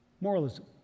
Moralism